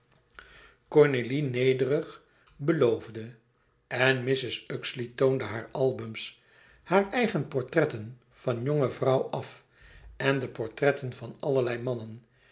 cornélie nederig beloofde en mrs uxeley toonde haar albums haar eigen portretten van jonge vrouw af en de portretten van allerlei mannen